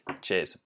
cheers